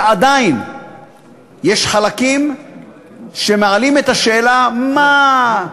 שעדיין יש חלקים שמעלים את השאלה: מה?